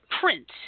Print